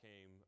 came